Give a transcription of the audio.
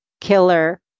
killer